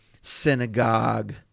synagogue